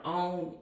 own